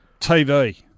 TV